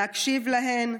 להקשיב להן,